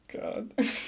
God